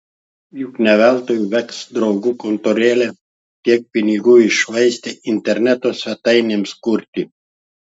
juk ne veltui veks draugų kontorėlė tiek pinigų iššvaistė interneto svetainėms kurpti